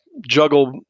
juggle